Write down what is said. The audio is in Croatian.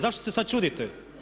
Zašto se sad čudite?